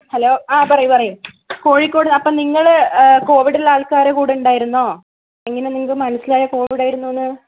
hello ആ പറയൂ പറയൂ കോഴിക്കോട് അപ്പം നിങ്ങൾ കോവിഡ് ഉള്ള ആൾക്കാരെ കൂടെ ഉണ്ടായിരുന്നോ എങ്ങനെ നിങ്ങൾക്ക് മനസ്സിലായത് കോവിഡ് ആയിരുന്നു എന്ന്